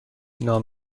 نام